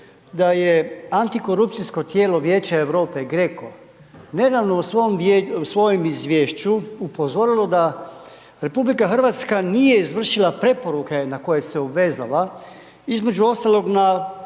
da je antikorupcijsko tijelo Vijeće Europe, GRECO nedavno u svojem izvješću upozorilo da RH nije izvršila preporuke na koje se je obvezala između ostalog na,